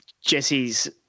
Jesse's